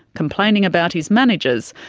complaining about his managers,